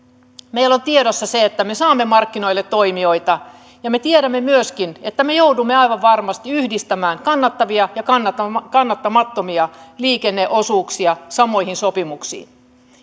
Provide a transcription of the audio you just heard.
meillä on tiedossa se että me saamme markkinoille toimijoita ja me tiedämme myöskin että me joudumme aivan varmasti yhdistämään kannattavia ja kannattamattomia liikenneosuuksia samoihin sopimuksiin